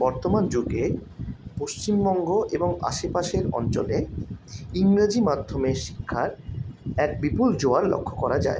বর্তমান যুগে পশ্চিমবঙ্গ এবং আশেপাশের অঞ্চলে ইংরাজি মাধ্যমে শিক্ষার এক বিপুল জোয়ার লক্ষ্য করা যায়